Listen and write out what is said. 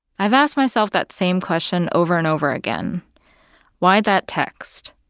i've asked myself that same question over and over again why that text?